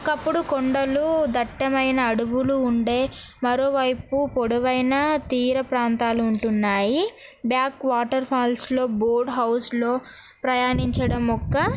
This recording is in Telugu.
ఒకప్పుడు కొండలు దట్టమైన అడవులు ఉండే మరోవైపు పొడవైన తీర ప్రాంతాలు ఉంటున్నాయి బ్యాంక్ వాటర్ఫాల్స్లో బోర్డ్ హౌస్లో ప్రయాణించడం ఒక్క